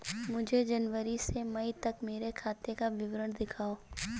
मुझे जनवरी से मई तक मेरे खाते का विवरण दिखाओ?